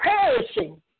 perishing